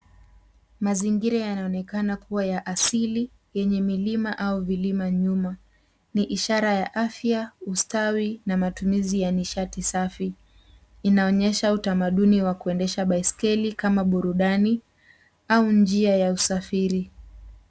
Mazingira yanaonekana kuwa ya asili yenye milima au vilima nyuma. Ni ishara ya afya, ustadi na matumizi ya nishati safi, inaonyesha utamadumi wa kuendesha baisikeli kama burundani au njia ya usafiri.